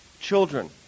children